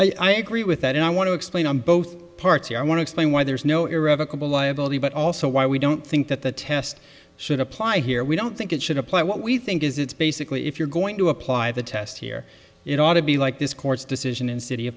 because i agree with that and i want to explain on both parts here i want to explain why there is no irrevocable liability but also why we don't think that the test should apply here we don't think it should apply what we think is it's basically if you're going to apply the test here it ought to be like this court's decision in city